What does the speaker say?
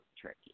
tricky